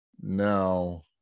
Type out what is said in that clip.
Now